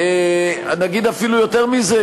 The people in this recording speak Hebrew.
אגיד אפילו יותר מזה,